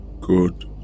Good